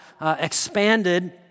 expanded